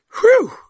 Whew